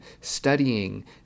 studying